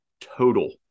total